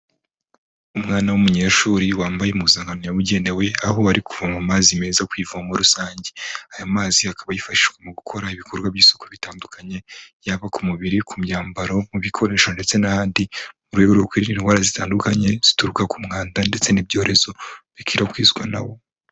Umwana w'umunyeshuri wambaye impuzankano yabugenewe, aho ari kuvoma amazi meza ku ivomo rusange, aya mazi akaba yifashishwa mu gukora ibikorwa by'isuku bitandukanye, yaba ku mubiri ku myambaro mu bikoresho ndetse n'ahandi, mu buryo bwo kwirinda indwara zitandukanye zituruka ku mwanda ndetse n'ibyorezo bikwirakwizwa nawo.